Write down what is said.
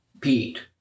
Pete